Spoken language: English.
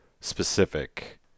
specific